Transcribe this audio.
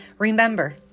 Remember